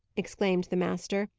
exclaimed the master,